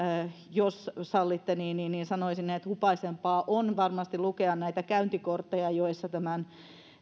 jos sallitte niin niin sanoisin että hupaisempaa on varmasti lukea näitä käyntikortteja joissa tämän